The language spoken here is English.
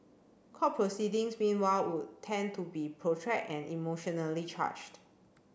court proceedings meanwhile would tend to be protract and emotionally charged